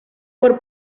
por